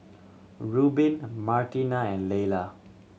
Rubin Martina and Laylah